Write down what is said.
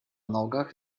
nogach